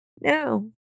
No